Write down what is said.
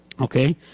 okay